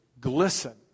glisten